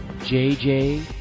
JJ